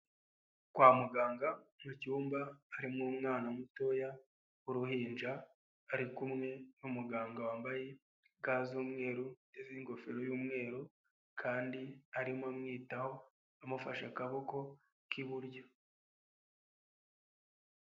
Kwa muganga mu cyumba harimo umwana mutoya w'uruhinja, ari kumwe n'umuganga wambaye ga z'umweru n'ingofero y'umweru kandi arimo amwitaho, amufashe akaboko k'iburyo.